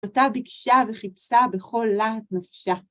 אותה ביקשה וחיפשה בכל להט נפשה.